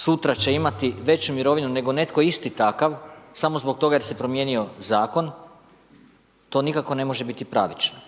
sutra će imati veću mirovinu nego netko isti takav samo zbog toga jer se promijenio zakon to nikako ne može biti pravično.